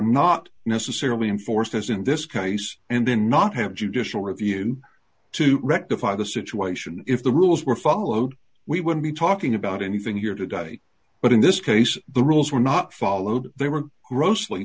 not necessarily enforced as in this case and then not have judicial review to rectify the situation if the rules were followed we would be talking about anything here today but in this case the rules were not followed they were grossly